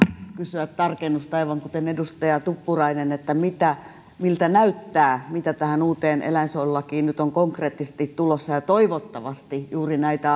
kysyä tarkennusta aivan kuten edustaja tuppurainen miltä näyttää mitä tähän uuteen eläinsuojelulakiin nyt on konkreettisesti tulossa toivottavasti juuri näitä